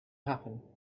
happen